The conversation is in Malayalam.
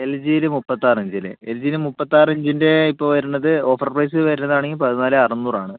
എൽ ജിയിൽ മുപ്പത്താറ് ഇഞ്ചിൻ്റെ എൽ ജിൽ മുപ്പത്താറിഞ്ചിൻ്റെ ഇപ്പോൾ വരണത് ഓഫർ പ്രൈസ് വരുന്നതാണെങ്കിൽ പതിനാല് അറുന്നൂറാണ്